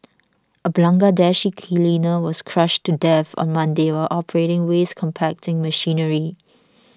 a Bangladeshi cleaner was crushed to death on Monday while operating waste compacting machinery